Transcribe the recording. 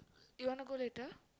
you wanna go later